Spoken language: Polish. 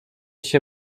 się